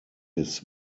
his